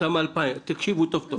אותם 2,000. תקשיבו טוב-טוב,